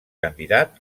candidat